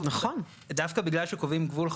דווקא בגלל שקובעים גבול,